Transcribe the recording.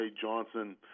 Johnson